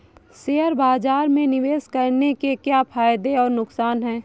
Share बाज़ार में निवेश करने के क्या फायदे और नुकसान हैं?